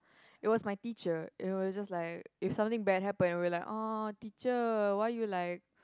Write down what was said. it was my teacher it was just like if something bad happen we were like orh teacher why you like